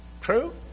True